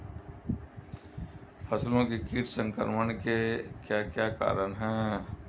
फसलों में कीट संक्रमण के क्या क्या कारण है?